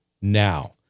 now